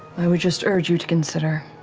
i would just urge you to consider